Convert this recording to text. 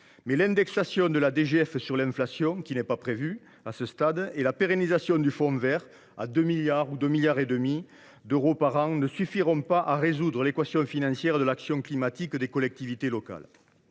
L’indexation de la DGF sur l’inflation – non prévue à ce jour – et la pérennisation du fonds vert à 2,5 milliards d’euros par an ne suffiront pas à résoudre l’équation financière de l’action climatique des collectivités locales.